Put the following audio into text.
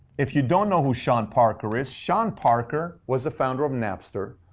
if you don't know who sean parker is, sean parker was the founder of napster.